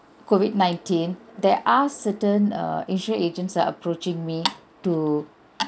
COVID nineteen there are certain err insurance agents are approaching me to